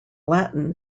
latin